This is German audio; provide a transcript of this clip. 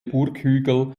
burghügel